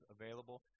available